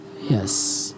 Yes